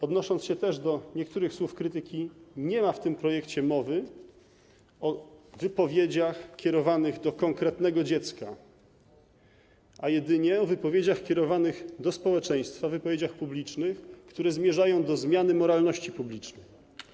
Odnoszę się też do niektórych słów krytyki: nie ma w tym projekcie mowy o wypowiedziach kierowanych do konkretnego dziecka, a jedynie o wypowiedziach kierowanych do społeczeństwa, wypowiedziach publicznych, które zmierzają do zmiany moralności publicznej.